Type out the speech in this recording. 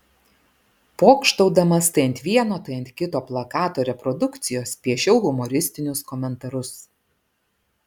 pokštaudamas tai ant vieno tai ant kito plakato reprodukcijos piešiau humoristinius komentarus